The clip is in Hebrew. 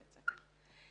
אז זה יצא ככה.